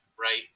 right